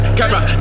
camera